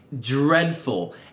dreadful